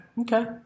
Okay